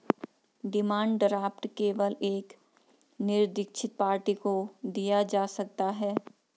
demand draft केवल एक निरदीक्षित पार्टी को दिया जा सकता है